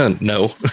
no